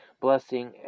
blessing